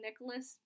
Nicholas